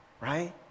right